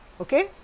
okay